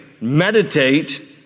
meditate